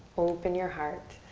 open your heart.